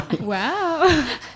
Wow